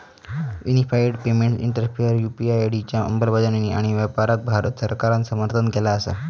unified payments interface UPI च्या अंमलबजावणी आणि वापराक भारत सरकारान समर्थन केला असा